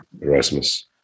Erasmus